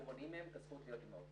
אנחנו מונעים מהן את הזכות להיות אימהות,